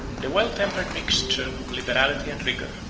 the well-tempered mixture of liberality and rigor,